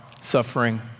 suffering